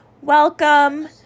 welcome